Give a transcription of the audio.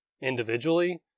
individually